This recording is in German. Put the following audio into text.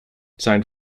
sein